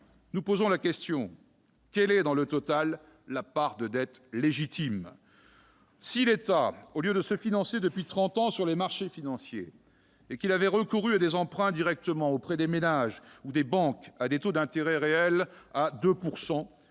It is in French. Nous posons la question : quelle est, dans le total, la part de dette légitime ? Si, au lieu de se financer depuis trente ans sur les marchés financiers, l'État avait contracté des emprunts directement auprès des ménages ou des banques, à des taux d'intérêt réels de 2 %,